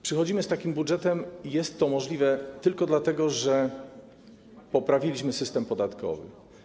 Przychodzimy z takim budżetem i jest to możliwe tylko dlatego, że poprawiliśmy system podatkowy.